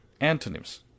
Antonyms